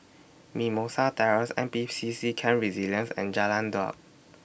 Mimosa Terrace N P C C Camp Resilience and Jalan Daud